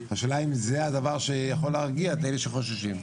השאלה היא אם זה דבר שיכול להרגיע את אלה שחוששים.